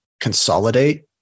consolidate